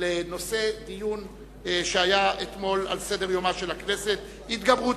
בנושא הדיון שהיה אתמול על סדר-יומה של הכנסת: התגברות